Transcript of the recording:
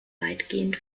weitgehend